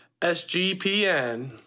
SGPN